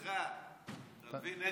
אצלך, אתה מבין?